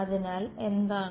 അതിനാൽ എന്താണ്